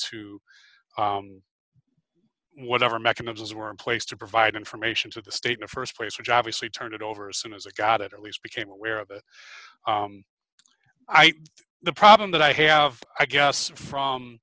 to whatever mechanisms were in place to provide information to the state the st place which obviously turned it over as soon as i got it at least became aware of the problem that i have i guess from